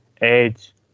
Edge